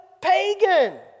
pagan